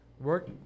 Work